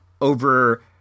over